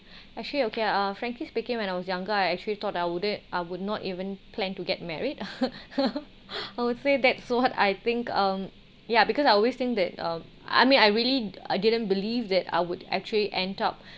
actually okay ah frankly speaking when I was younger I actually thought I wouldn't I would not even plan to get married I would say that's what I think um ya because I always think that uh I mean I really I didn't believe that I would actually end up